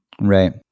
Right